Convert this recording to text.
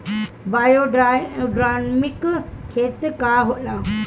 Biodynamic खेती का होला?